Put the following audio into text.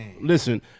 listen